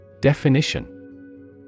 Definition